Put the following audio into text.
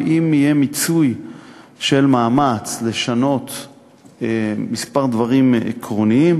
ואם יהיה מיצוי של מאמץ לשנות כמה דברים עקרוניים